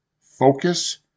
focus